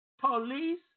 police